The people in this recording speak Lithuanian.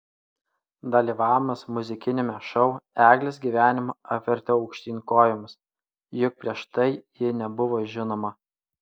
dalyvavimas muzikiniame šou eglės gyvenimą apvertė aukštyn kojomis juk prieš tai ji nebuvo žinoma